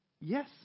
Yes